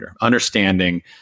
understanding